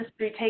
take